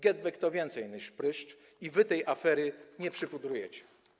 GetBack to więcej niż pryszcz i wy tej afery nie przypudrujecie.